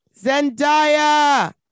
Zendaya